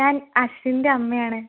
ഞാൻ അശ്വിൻ്റെ അമ്മയാണ്